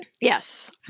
Yes